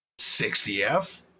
60F